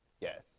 Yes